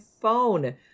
phone